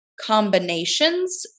combinations